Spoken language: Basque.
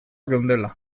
geundela